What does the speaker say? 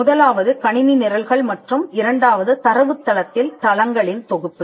முதலாவது கணினி நிரல்கள் மற்றும் இரண்டாவது தரவுத்தளத்தில் தளங்களின் தொகுப்பு